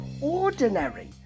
ordinary